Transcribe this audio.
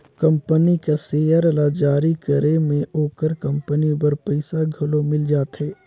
company कर share ल जारी करे में ओकर कंपनी बर पइसा घलो मिल जाथे